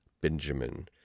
Benjamin